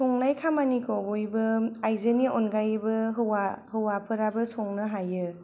संनाय खामानिखौ बयबो आयजोनि अनगायैबो हौवा हौवाफोराबो संनो हायो